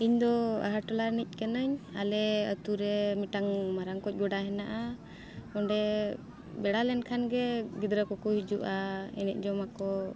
ᱤᱧ ᱫᱚ ᱟᱦᱮᱸ ᱴᱚᱞᱟ ᱨᱤᱱᱤᱡ ᱠᱟᱹᱱᱟᱹᱧ ᱟᱞᱮ ᱟᱛᱳᱨᱮ ᱢᱤᱫᱴᱟᱝ ᱢᱟᱨᱟᱝ ᱚᱠᱚᱡ ᱜᱚᱰᱟ ᱦᱮᱱᱟᱜᱼᱟ ᱚᱸᱰᱮ ᱵᱮᱲᱟ ᱞᱮᱱ ᱠᱷᱟᱱ ᱜᱮ ᱜᱤᱫᱽᱨᱟᱹ ᱠᱚᱠᱚ ᱦᱤᱡᱩᱜᱼᱟ ᱮᱱᱮᱡ ᱡᱚᱝ ᱟᱠᱚ